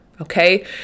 okay